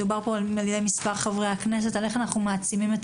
דיברו כאן כמה חברי כנסת איך אנחנו מעצימים את